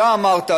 אתה אמרת,